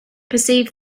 perceived